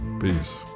Peace